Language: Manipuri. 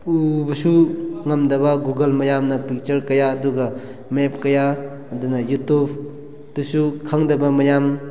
ꯎꯕꯁꯨ ꯉꯝꯗꯕ ꯒꯨꯒꯜ ꯃꯌꯥꯝꯅ ꯄꯤꯛꯆꯔ ꯀꯌꯥ ꯑꯗꯨꯒ ꯃꯦꯞ ꯀꯌꯥ ꯑꯗꯨꯅ ꯌꯨꯇ꯭ꯌꯨꯞ ꯇꯁꯨ ꯈꯪꯗꯕ ꯃꯌꯥꯝ